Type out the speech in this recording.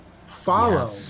Follow